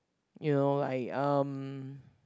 you know like um